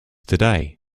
today